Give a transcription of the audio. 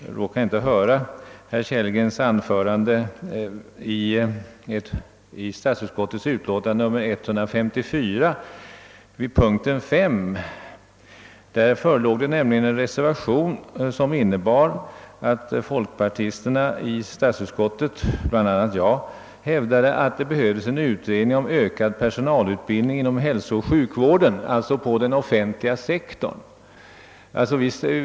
Jag var inte närvarande under herr Kellgrens anförande i samband med behandlingen av punkt 5 i statsutskottets utlåtande nr 154, till vilken hade fogats en reservation, där de folkpartistiska ledamöterna av statsutskottet, bl.a. jag själv, hävdade att det behövs en utredning om ökad personalutbildning inom hälsooch sjukvården, alltså inom den offentliga sektorn.